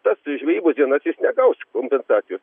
tas žvejybos dienas jis negaus kompensacijų